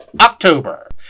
October